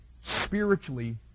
spiritually